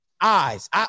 eyes